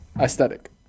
aesthetic